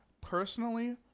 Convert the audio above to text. personally